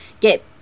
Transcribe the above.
get